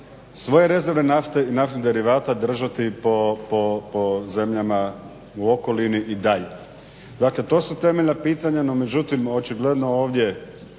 svoje rezerve nafte i naftnih derivata držati po zemljama u okolini i dalje? Dakle to su temeljna pitanja međutim očigledno ovdje